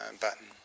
button